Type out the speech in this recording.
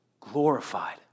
Glorified